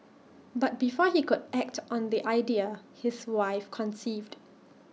but before he could act on the idea his wife conceived